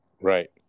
Right